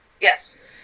Yes